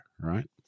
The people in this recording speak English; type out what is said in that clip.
Right